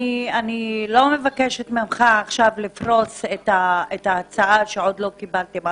אני לא מבקשת ממך לפרוש הצעה שעוד לא קיבלתם.